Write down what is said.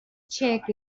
check